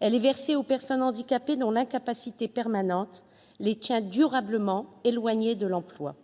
Elle est versée aux personnes handicapées dont l'incapacité permanente les tient durablement éloignées de l'emploi.